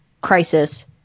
crisis